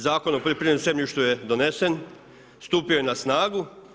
Zakon o poljoprivrednom zemljištu je donesen, stupio je na snagu.